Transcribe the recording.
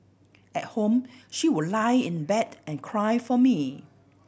at home she would lie in bed and cry for me